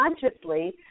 consciously